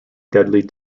deadly